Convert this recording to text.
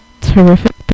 terrific